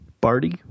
Barty